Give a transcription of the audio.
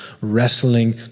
wrestling